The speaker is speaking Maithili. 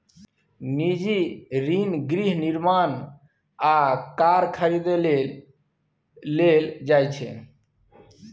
निजी ऋण गृह निर्माण आ कार खरीदै लेल लेल जाइ छै